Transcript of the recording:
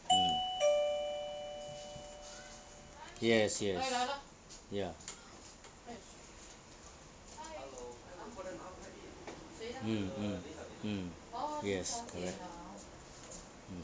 yes yes ya mm mm mm yes correct mm